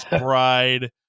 Bride